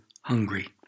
hungry